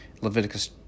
Leviticus